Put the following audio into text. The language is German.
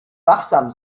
wachsam